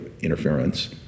interference